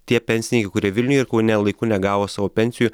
tie pensininkai kuria vilniuje ir kaune laiku negavo savo pensijų